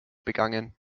begangen